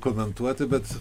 komentuoti bet